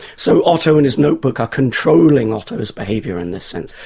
so otto and his notebook are controlling otto's behaviour in this sense,